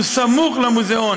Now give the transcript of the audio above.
שהוא סמוך למוזיאון,